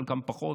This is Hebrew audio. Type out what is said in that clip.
עם חלקן פחות,